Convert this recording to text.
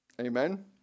Amen